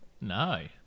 No